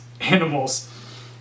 animals